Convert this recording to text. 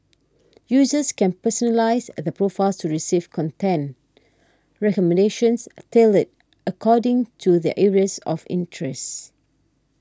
users can personalise add profiles to receive content recommendations tailored according to their areas of interest